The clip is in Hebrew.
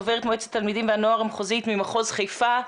דוברת מועצת התלמידים והנוער המחוזית ממחוז חיפה,